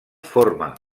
forma